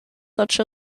such